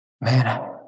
man